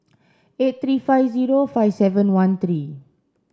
eight three five zero five seven one three